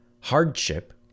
hardship